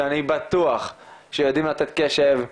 שאני בטוח שיודעים לתת קשב,